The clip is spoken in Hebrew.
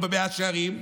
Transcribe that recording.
או במאה שערים.